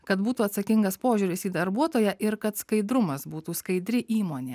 kad būtų atsakingas požiūris į darbuotoją ir kad skaidrumas būtų skaidri įmonė